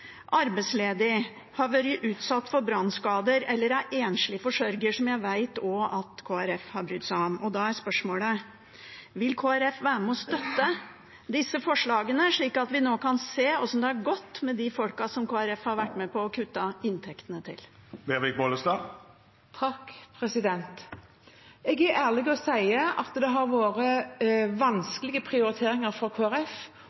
arbeidsledig, har fått brannskader eller er enslig forsørger, som jeg vet at også Kristelig Folkeparti har brydd seg om. Da er spørsmålet: Vil Kristelig Folkeparti være med og støtte disse forslagene, slik at vi kan se hvordan det har gått med de folkene som Kristelig Folkeparti har vært med på å kutte inntektene til? Jeg er ærlig og sier at det har vært